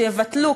שיבטלו,